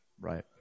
Right